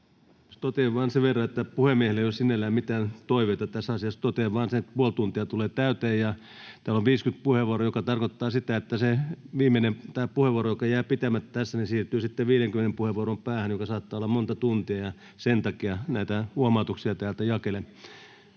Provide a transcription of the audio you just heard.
Totean vain sen verran, että puhemiehellä ei ole sinällään mitään toiveita tässä asiassa. Totean vain sen, että puoli tuntia tulee täyteen ja täällä on 50 puheenvuoroa, mikä tarkoittaa sitä, että se viimeinen puheenvuoro, joka jää pitämättä tässä, siirtyy sitten 50 puheenvuoron päähän, mikä saattaa olla monta tuntia. Sen takia näitä huomautuksia täältä jakelen.